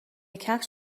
کفش